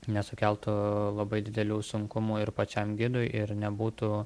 nesukeltų labai didelių sunkumų ir pačiam gidui ir nebūtų